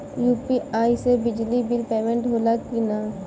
UPI से बिजली bill payment होला कि न?